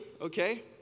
okay